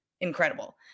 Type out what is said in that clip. incredible